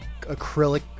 acrylic